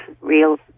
real